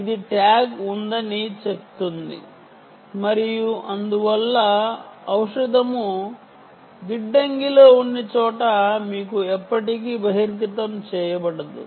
ఇది ట్యాగ్ ఉందని చెప్తుంది మరియు అందువల్ల ఔషధము వేర్హౌస్ లో ఉందని చెప్తుంది వేర్హౌస్ లో ఎక్కడ ఉందో మీకు ఎప్పటికీ బహిర్గతం చేయబడదు